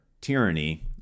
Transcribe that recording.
tyranny